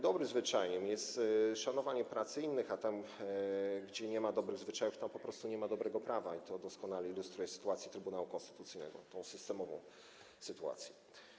Dobrym zwyczajem jest szanowanie pracy innych, a tam, gdzie nie ma dobrych zwyczajów, tam po prostu nie ma dobrego prawa i to doskonale ilustruje sytuację Trybunału Konstytucyjnego, tę systemową sytuację.